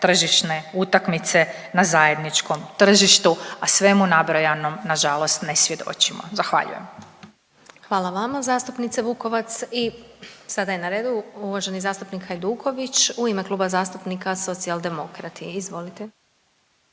tržišne utakmice na zajedničkom tržištu, a svemu nabrojanom nažalost ne svjedočimo. Zahvaljujem. **Glasovac, Sabina (SDP)** Hvala vama zastupnice Vukovac i sada je na redu uvaženi zastupnik Hajduković u ime Kluba zastupnika Socijaldemokrati. Izvolite.